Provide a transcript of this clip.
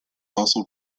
also